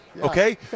okay